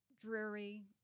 dreary